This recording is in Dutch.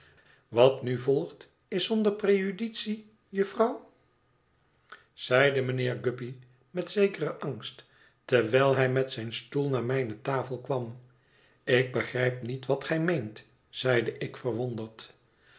wat nu volgt is zonder prejudicie jufvrouw zeide mijnheer guppy met zekeren angst terwijl hij met zijn stoel naar mijne tafel kwam ik begrijp niet wat gij meent zeide ik verwonderd